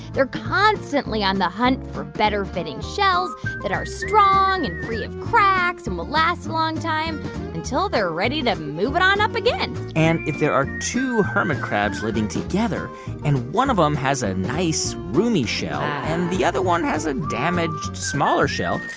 they're constantly on the hunt for better-fitting shells that are strong and free of cracks and will last a long time until they're ready to move it on up again and if there are two hermit crabs living together and one of them has a nice, roomy shell and the other one has a damaged, smaller shell,